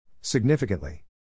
Significantly